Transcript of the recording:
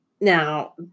Now